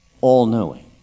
all-knowing